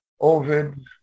Ovid